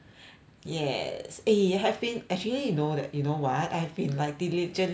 yes eh I have been actually you know that you know what I have been like diligently doing